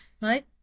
right